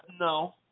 no